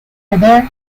heather